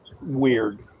weird